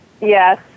yes